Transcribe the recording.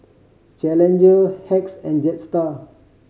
Challenger Hacks and Jetstar